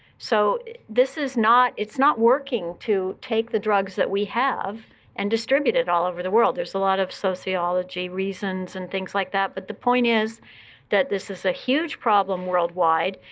so this is not it's not working to take the drugs that we have and distribute it all over the world. there's a lot of sociology reasons and things like that. but the point is that this is a huge problem worldwide.